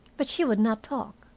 but she would not talk.